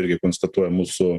irgi konstatuoja mūsų